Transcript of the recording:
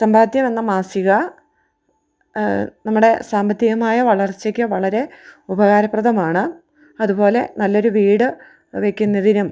സമ്പാദ്യം എന്ന മാസിക നമ്മുടെ സാമ്പത്തികമായ വളർച്ചക്ക് വളരെ ഉപകാരപ്രദമാണ് അതുപോലെ നല്ല ഒരു വീട് വയ്ക്കുന്നതിനും